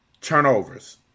turnovers